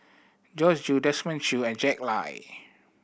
Joyce Jue Desmond Choo and Jack Lai